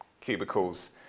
cubicles